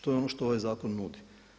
To je ono što ovaj zakon nudi.